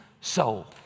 soul